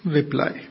reply